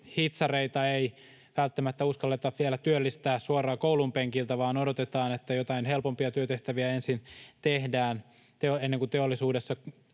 hitsareita ei välttämättä uskalleta työllistää suoraan koulun penkiltä, vaan odotetaan, että ensin tehdään jotain helpompia työtehtäviä, ennen kuin pääsee teollisuudessa